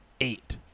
eight